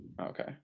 Okay